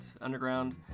underground